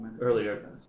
earlier